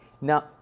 Now